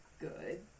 good